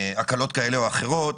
כאלה או אחרות